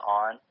on